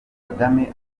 kagame